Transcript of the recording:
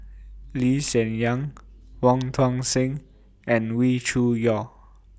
Lee Hsien Yang Wong Tuang Seng and Wee Cho Yaw